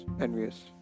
envious